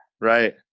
Right